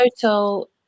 total